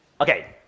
okay